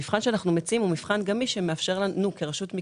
המבחן שאנחנו מציעים הוא מבחן גמיש שמאפשר לנו לבחון